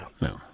no